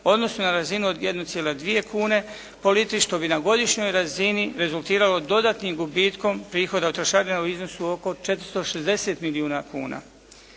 odnosno na razinu od 1,2 kune po litri što bi na godišnjoj razini rezultiralo dodatnim gubitkom prihoda od trošarina u iznosu oko 460 milijuna kuna.